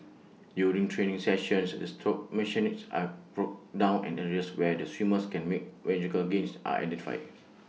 during training sessions the stroke mechanics are broken down and areas where the swimmer can make magical gains are identified